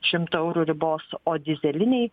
šimto eurų ribos o dyzeliniai